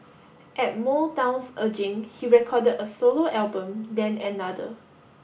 at Motown's urging he recorded a solo album then another